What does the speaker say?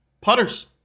putters